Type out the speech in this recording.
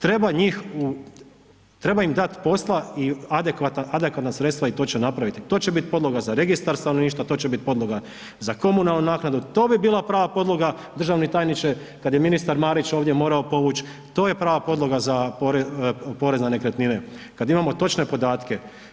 Treba im dati posla i adekvatna sredstva i to će napraviti, to će bit podloga za registar stanovništva, to će biti podloga za komunalnu naknadu, to bi bila prava podloga državni tajniče kada je ministar Marić ovdje morao povuć, to je prava podloga za porez na nekretnine, kad imamo točne podatke.